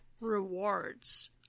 rewards